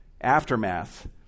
aftermath